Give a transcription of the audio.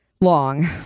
long